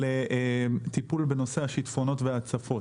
לטיפול בנושא השיטפונות וההצפות.